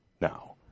now